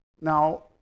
Now